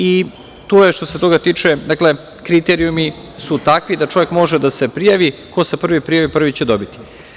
I tu je što se toga tiče, dakle, kriterijumi su takvi da čovek može da se prijavi, ko se prvi prijavi prvi će dobiti.